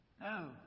No